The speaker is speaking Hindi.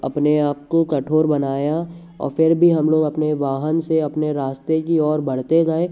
अपने आप को कठोर बनाया और फिर भी हम लोग अपने वाहन से अपने रास्ते की ओर बढ़ते गए